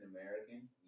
American